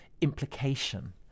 implication